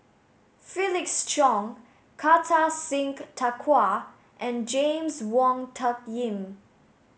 Felix Cheong Kartar Singh Thakral and James Wong Tuck Yim